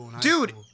dude